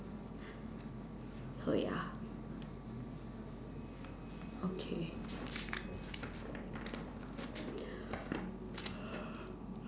so ya okay